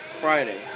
Friday